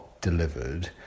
delivered